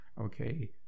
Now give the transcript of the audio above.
okay